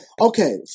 Okay